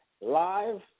live